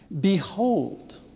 behold